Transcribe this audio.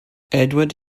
edward